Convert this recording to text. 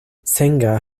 singer